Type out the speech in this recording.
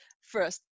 first